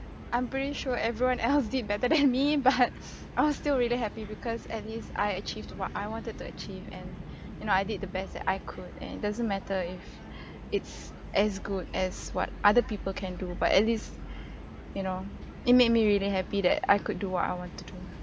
I'm pretty sure everyone else did better than me but I was still really happy because at least I achieved what I wanted to achieve and you know I did the best I could and it doesn't matter if it's as good as what other people can do but at least you know it made me really happy that I could do what I want to do